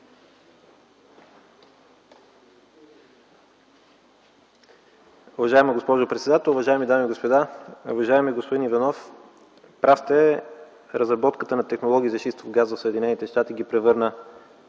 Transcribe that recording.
Уважаема госпожо председател, уважаеми дами и господа! Уважаеми господин Иванов, прав сте, разработката на технология за шистов газ в Съединените щати ги превърна